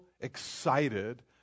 excited